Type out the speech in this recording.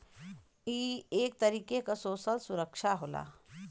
ई एक तरीके क सोसल सुरक्षा होला